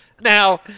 Now